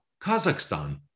Kazakhstan